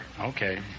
Okay